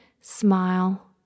smile